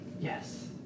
Yes